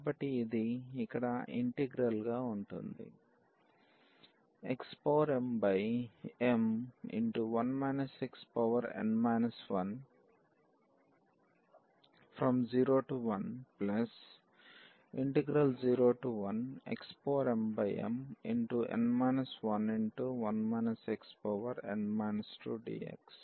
కాబట్టి ఇది ఇక్కడ ఇంటిగ్రల్ గా ఉంటుంది xmm1 xn 10101xmmn 11 xn 2dx